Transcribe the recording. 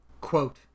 Quote